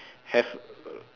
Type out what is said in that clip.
have